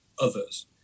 others